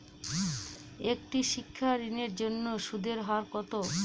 একটি শিক্ষা ঋণের জন্য সুদের হার কত?